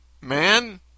man